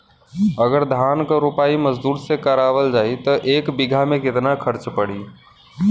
अगर धान क रोपाई मजदूर से करावल जाई त एक बिघा में कितना खर्च पड़ी?